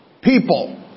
people